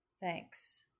Thanks